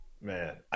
Man